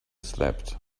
slept